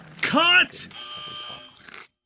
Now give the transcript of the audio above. Cut